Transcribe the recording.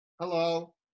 Hello